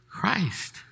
Christ